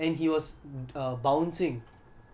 who is that idiot who didn't want to move